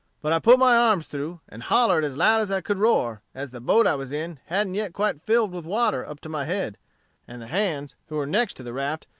but i put my arms through, and hollered as loud as i could roar, as the boat i was in hadn't yet quite filled with water up to my head and the hands who were next to the raft,